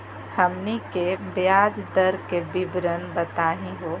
हमनी के ब्याज दर के विवरण बताही हो?